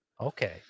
Okay